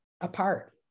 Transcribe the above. apart